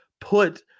put